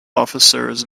officers